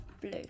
blue